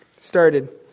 started